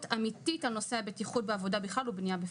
אמיתית על נושא הבטיחות בעבודה בכלל ובבניה בפרט.